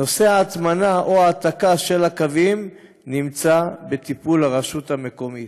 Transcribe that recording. נושא ההטמנה או ההעתקה של הקווים נמצא בטיפול הרשות המקומית.